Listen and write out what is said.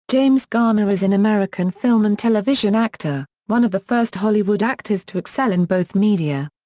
james garner is an american film and television actor, one of the first hollywood actors to excel in both media.